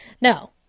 No